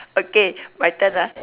okay my turn ah